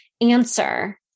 answer